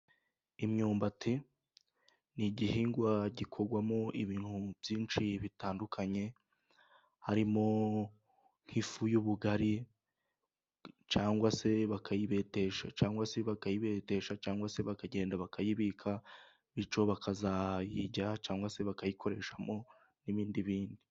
Imyumbati ni igihingwa gikorwamo ibintu byinshi bitandukanye. Harimo nk'ifu y'ubugari cyangwa se bakagenda bakayibika bityo bakazayirya cyangwa se bakayikoresha n'ibindi bintu.